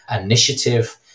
initiative